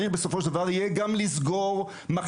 בסופו של דבר צריך יהיה גם לסגור מחלקות